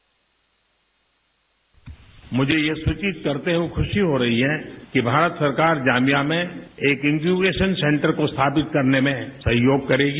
bite मुझे ये सूचित करते हुए खूशी हो रही है कि भारत सरकार जाम्बिया में एक इनक्यूबेशन सेंटर को स्थापित करने में सहयोग करेगी